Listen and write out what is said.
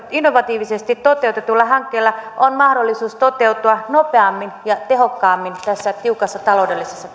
innovatiivisesti toteutetulla hankkeella on mahdollisuus toteutua nopeammin ja tehokkaammin tässä tiukassa taloudellisessa